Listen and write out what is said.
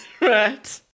Right